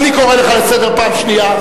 אדוני היושב-ראש, אני קורא אותך לסדר פעם שנייה.